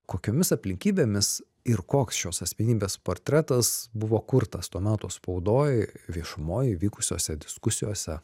kokiomis aplinkybėmis ir koks šios asmenybės portretas buvo kurtas to meto spaudoj viešumoj vykusiose diskusijose